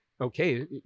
okay